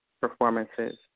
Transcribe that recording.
performances